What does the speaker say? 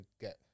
get